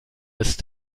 ist